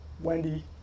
Wendy